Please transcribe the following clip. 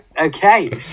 okay